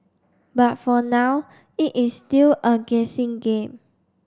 but for now it is still a guessing game